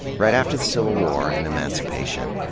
right after the civil war and emancipation,